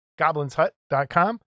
Goblinshut.com